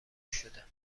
شده